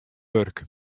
wurk